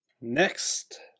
Next